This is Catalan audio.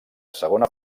segona